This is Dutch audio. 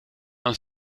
aan